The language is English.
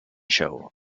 show